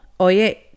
oye